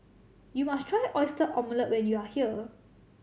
you must try Oyster Omelette when you are here